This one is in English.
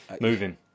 Moving